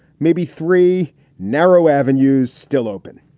maybe three narrow avenues still open.